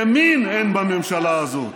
ימין אין בממשלה הזאת.